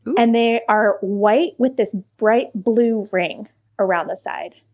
and they are white with this bright blue ring around the side.